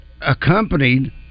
accompanied